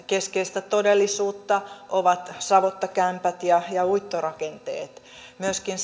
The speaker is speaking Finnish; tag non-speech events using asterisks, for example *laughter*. keskeistä todellisuutta ovat savottakämpät ja ja uittorakenteet ja myöskin *unintelligible*